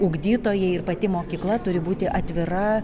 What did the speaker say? ugdytojai ir pati mokykla turi būti atvira